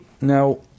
now